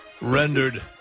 rendered